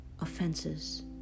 offenses